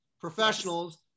Professionals